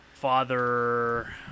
Father